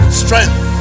strength